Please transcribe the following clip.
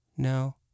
No